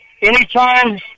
anytime